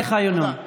תודה לך, ינון.